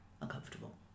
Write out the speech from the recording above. uncomfortable